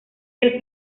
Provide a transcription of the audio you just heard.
del